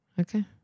okay